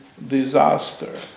disaster